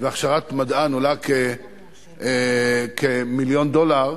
והכשרת מדען עולה כמיליון דולר,